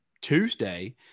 tuesday